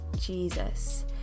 Jesus